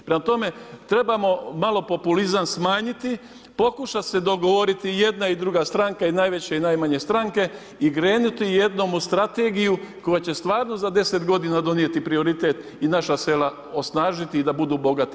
Prema tome, trebamo malo populizam smanjiti, pokušati se dogovoriti jedna i druga stranka, i najveće i najmanje stranke i krenuti jednom u strategiju koja će stvarno za 10 godina donijeti prioritet i naša sela osnažiti i da budu bogati.